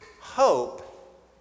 Hope